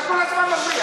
חבר הכנסת עודד פורר,